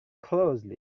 closely